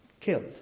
killed